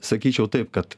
sakyčiau taip kad